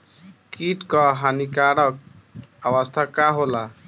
कीट क हानिकारक अवस्था का होला?